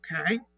okay